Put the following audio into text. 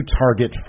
target